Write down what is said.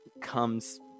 comes